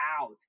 out